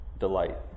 delight